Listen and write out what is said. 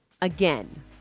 Again